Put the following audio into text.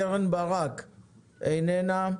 קרן ברק, איננה.